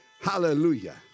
Hallelujah